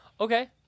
Okay